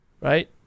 right